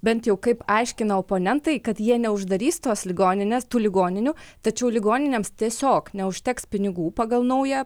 bent jau kaip aiškino oponentai kad jie neuždarys tos ligoninės tų ligoninių tačiau ligoninėms tiesiog neužteks pinigų pagal naują